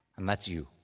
and that's you.